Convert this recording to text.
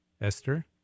Esther